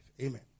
Amen